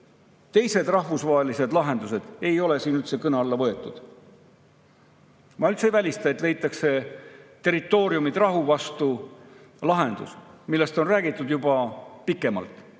Teised rahvusvahelised lahendused ei ole üldse kõne alla tulnud. Ma sugugi ei välista, et leitakse "territooriumid rahu vastu" lahendus, millest on räägitud juba pikemalt,